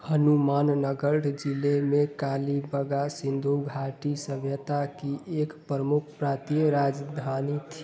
हनुमाननगढ़ जिले में कालीबंगा सिंधु घाटी सभ्यता की एक प्रमुख प्रांतीय राजधानी थी